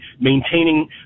maintaining